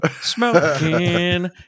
Smoking